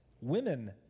Women